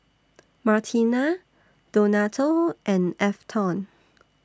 Martina Donato and Afton